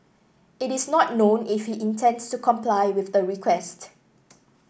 it is not known if he intends to comply with the request